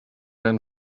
ran